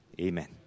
Amen